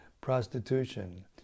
prostitution